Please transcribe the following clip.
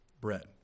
bread